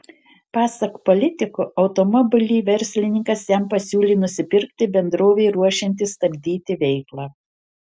pasak politiko automobilį verslininkas jam pasiūlė nusipirkti bendrovei ruošiantis stabdyti veiklą